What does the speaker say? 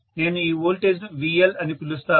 నేను ఈ వోల్టేజ్ను VL అని పిలుస్తాను